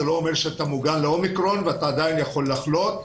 זה לא אומר שאתה מוגן ל-אומיקרון ואתה עדיין יכול לחלות.